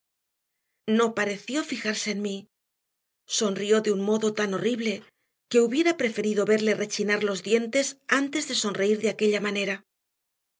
no pareció fijarse en mí sonrió de un modo tan horrible que hubiera preferido verle rechinar los dientes antes de sonreír de aquella manera